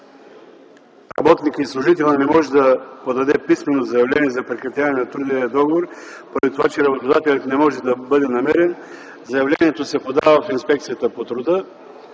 работникът и служителят не може да подаде писмено заявление за прекратяване на трудовия договор поради това, че работодателят не може да бъде намерен, е заявлението да се подава в Инспекцията по труда